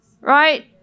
Right